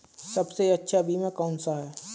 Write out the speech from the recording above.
सबसे अच्छा बीमा कौनसा है?